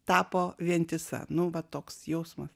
tapo vientisa va toks jausmas